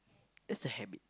that's a habit